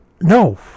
no